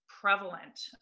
prevalent